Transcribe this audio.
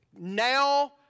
Now